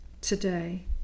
Today